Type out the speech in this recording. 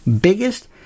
biggest